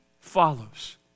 follows